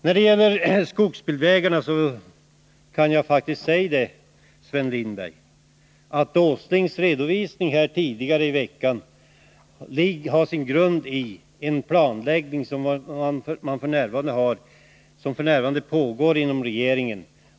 När det gäller skogsbilvägarna hade faktiskt, Sven Lindberg, industriminister Åslings redovisning tidigare i veckan sin grund i en planläggning som f.n. pågår inom regeringen.